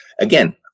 again